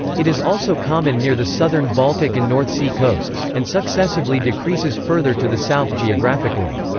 it is also common near the southern baltic and north sea coasts, and successively decreases further to the south geographically.